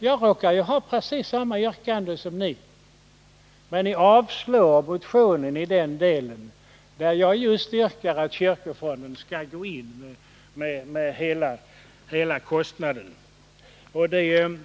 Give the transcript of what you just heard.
Jag råkar ha precis samma yrkande som ni, men ni avstyrker motionen i den del där jag yrkar att kyrkofonden skall gå in och betala hela kostnaden.